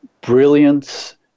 brilliance